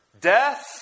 death